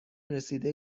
رسیده